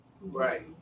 Right